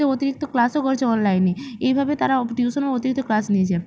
সে অতিরিক্ত ক্লাসও করছে অনলাইনে এইভাবে তারা টিউশনে অতিরিক্ত ক্লাস নিয়েছে